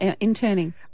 interning